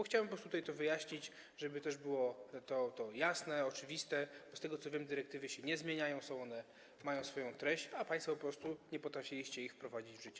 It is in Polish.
Chciałbym po prostu to wyjaśnić, żeby to też było jasne, oczywiste, bo z tego, co wiem, dyrektywy się nie zmieniają, one mają swoją treść, a państwo po prostu nie potrafiliście ich wprowadzić w życie.